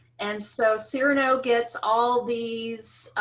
and so, cyrano gets all these